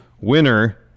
winner